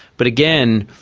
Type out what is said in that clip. but again,